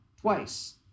twice